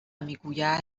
میگوید